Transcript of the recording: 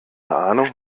ahnung